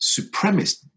supremacist